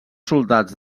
soldats